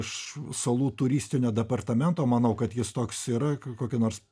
iš salų turistinio departamento manau kad jis toks yra kokį nors